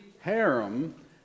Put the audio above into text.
harem